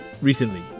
recently